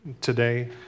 Today